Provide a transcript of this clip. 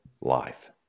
life